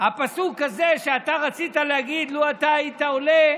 הפסוק הזה שאתה רצית להגיד, לו היית עולה,